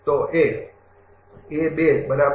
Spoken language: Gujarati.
તો એ બરાબર